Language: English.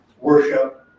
worship